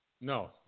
No